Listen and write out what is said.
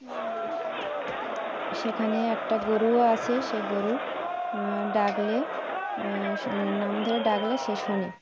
সেখানে একটা গরুও আসে সে গরু ডাকলে নাম ধরে ডাকলে সে শোনে